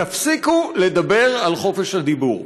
תפסיקו לדבר על חופש הדיבור.